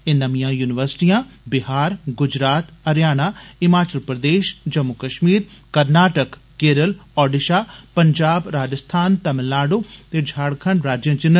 ए नमियां यूनिवर्सिटियां बिहार गुजरात हरयाणा हिमाचल प्रदेष जम्मू कष्मीर कर्नाटक केरल ओडिषा पंजाब राजस्थान तमिलनाडु ते झारखंड राज्यें च न